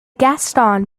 gaston